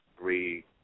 three